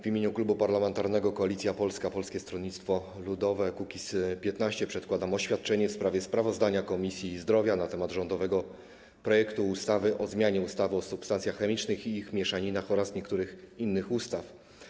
W imieniu Klubu Parlamentarnego Koalicja Polska - Polskie Stronnictwo Ludowe - Kukiz15 przedkładam oświadczenie w sprawie sprawozdania Komisji Zdrowia na temat rządowego projektu ustawy o zmianie ustawy o substancjach chemicznych i ich mieszaninach oraz niektórych innych ustaw.